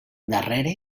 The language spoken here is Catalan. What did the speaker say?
darrere